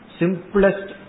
simplest